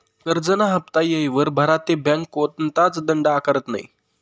करजंना हाफ्ता येयवर भरा ते बँक कोणताच दंड आकारत नै